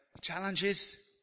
challenges